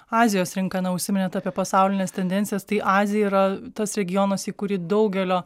azijos rinka na užsiminėt apie pasaulines tendencijas tai azija yra tas regionas į kurį daugelio